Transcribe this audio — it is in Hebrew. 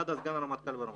עד סגן הרמטכ"ל והרמטכ"ל.